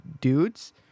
dudes